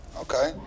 okay